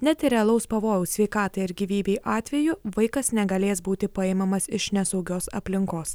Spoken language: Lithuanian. net ir realaus pavojaus sveikatai ar gyvybei atveju vaikas negalės būti paimamas iš nesaugios aplinkos